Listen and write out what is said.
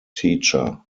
teacher